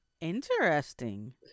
Interesting